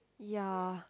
ya